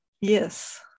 Yes